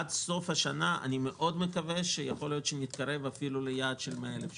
עד סוף השנה אני מקווה מאוד שנתקרב אפילו ליעד של 100,000 שיווקים.